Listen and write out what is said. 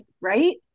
right